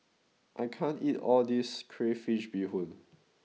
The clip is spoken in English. I can't eat all this Crayfish Beehoon